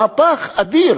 מהפך אדיר